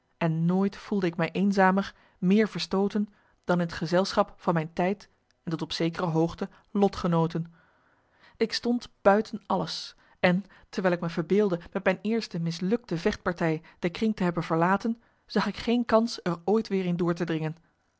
en nooit voelde ik mij eenzamer meer verstooten dan in het gezelschap van mijn tijd en tot op zekere hoogte lotgenooten ik stond buiten alles en terwijl ik me verbeeldde met mijn eerste mislukte vechtpartij de kring te hebben verlaten zag ik geen kans er ooit weer in door te dringen